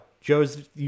Joe's